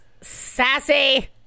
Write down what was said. sassy